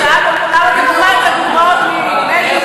שאלנו למה אתה בוחר את הדוגמאות ממז'יבוז'.